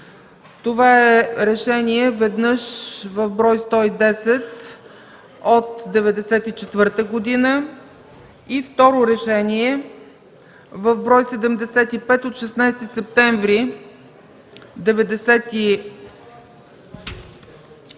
Това е решение – веднъж в бр. 110 от 1996 г., и второ решение в бр. 75 от 16 септември 1994